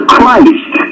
Christ